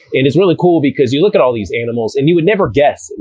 and it's really cool because you look at all these animals, and you would never guess,